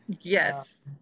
Yes